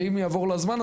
ואם יעבור לו הזמן,